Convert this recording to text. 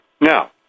Now